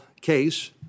case